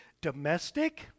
domestic